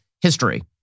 history